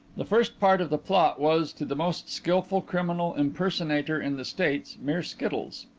the first part of the plot was, to the most skilful criminal impersonator in the states, mere skittles.